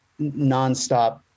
nonstop